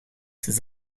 ses